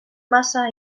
massa